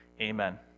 amen